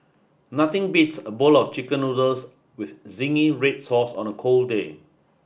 nothing beats a bowl of chicken noodles with zingy red sauce on a cold day